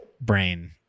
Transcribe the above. brain